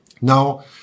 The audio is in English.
Now